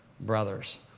brothers